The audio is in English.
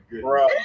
bro